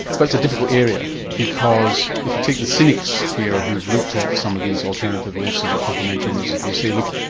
but it's a difficult area because if you take the cynics here who've looked at some of these alternative medicines, or complementary medicines, they say, look,